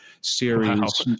series